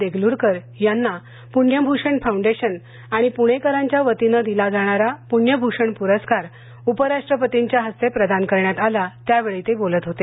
देगलूरकर यांना पुण्य भूषण फाऊंडेशन आणि प्णेकरांच्या वतीनं दिला जाणारा प्ण्य भूषणपुरस्कार उपराष्ट्रपतींच्या हस्ते प्रदान करण्यात आला त्यावेळी ते बोलत होते